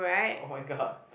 oh-my-god